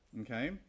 okay